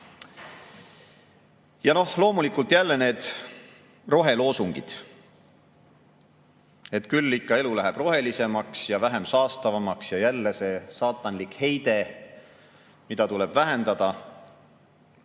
pada. Loomulikult jälle need roheloosungid. Et küll ikka elu läheb rohelisemaks ja vähem saastavamaks ja jälle see saatanlik heide, mida tuleb vähendada.